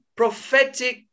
prophetic